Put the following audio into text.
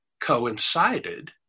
coincided